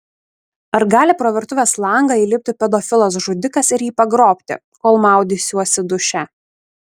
ar gali pro virtuvės langą įlipti pedofilas žudikas ir jį pagrobti kol maudysiuosi duše